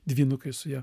dvynukai su ja